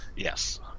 Yes